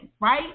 right